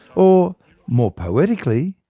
or more poetically,